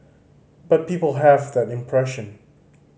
but people have that impression